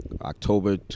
October